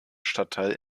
stadtteil